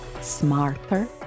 smarter